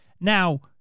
Now